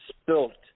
spilt